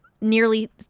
Nearly